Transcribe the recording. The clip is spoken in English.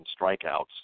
strikeouts